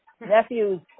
nephews